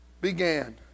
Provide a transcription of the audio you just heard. began